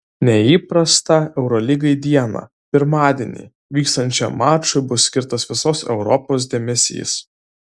neįprastą eurolygai dieną pirmadienį vyksiančiam mačui bus skirtas visos europos dėmesys